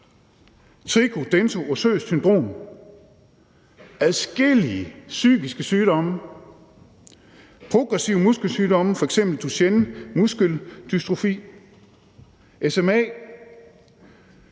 tricho-dento-ossøst syndrom. Adskillige psykiske sygdomme. Progressive muskelsygdomme som f.eks. Duchenne muskeldystrofi, SMA,